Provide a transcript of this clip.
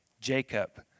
Jacob